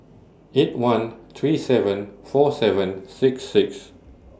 eight one three seven four seven six six